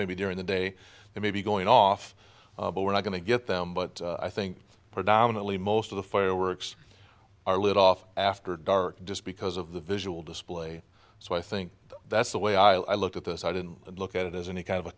maybe during the day maybe going off but we're not going to get them but i think predominantly most of the fireworks are lit off after dark just because of the visual display so i think that's the way i look at this i didn't look at it as any kind of a